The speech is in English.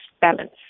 balance